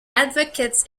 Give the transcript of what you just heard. advocates